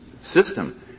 system